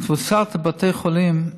התפוסה בבתי חולים,